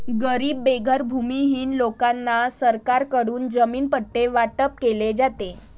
गरीब बेघर भूमिहीन लोकांना सरकारकडून जमीन पट्टे वाटप केले जाते